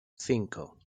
cinco